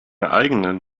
eigenen